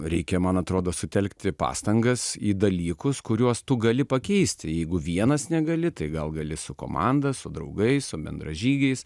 reikia man atrodo sutelkti pastangas į dalykus kuriuos tu gali pakeisti jeigu vienas negali tai gal gali su komanda su draugais su bendražygiais